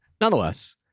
Nonetheless